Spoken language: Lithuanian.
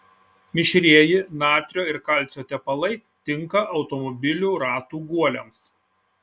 mišrieji natrio ir kalcio tepalai tinka automobilių ratų guoliams